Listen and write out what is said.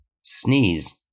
Sneeze